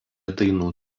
dainų